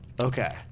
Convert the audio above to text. Okay